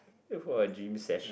wait for a gym sess~